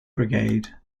brigade